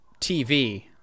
TV